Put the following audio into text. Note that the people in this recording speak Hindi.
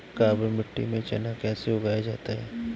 काबर मिट्टी में चना कैसे उगाया जाता है?